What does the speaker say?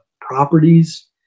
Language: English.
properties